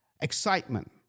excitement